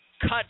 Cut